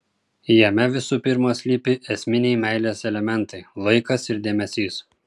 jame visų pirma slypi esminiai meilės elementai laikas ir dėmesys